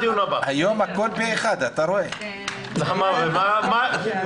הישיבה ננעלה בשעה